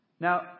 Now